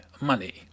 money